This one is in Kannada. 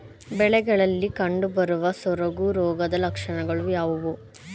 ಬೆಳೆಗಳಲ್ಲಿ ಕಂಡುಬರುವ ಸೊರಗು ರೋಗದ ಲಕ್ಷಣಗಳು ಯಾವುವು?